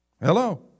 Hello